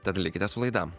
tad likite su laida